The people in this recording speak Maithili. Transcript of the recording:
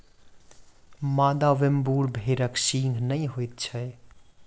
मादा वेम्बूर भेड़क सींघ नै होइत अछि